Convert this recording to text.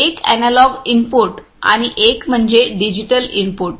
एक analogue input आणि एक म्हणजे डिजिटल इनपुट